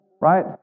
right